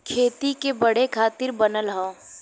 खेती के बढ़े खातिर बनल हौ